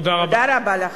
תודה רבה לכם.